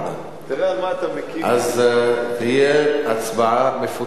אז תהיה הצבעה מפוצלת.